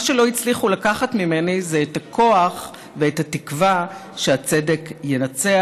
מה שלא הצליחו לקחת ממני זה את הכוח ואת התקווה שהצדק ינצח.